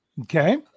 Okay